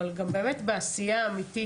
אבל גם באמת בעשייה אמיתית,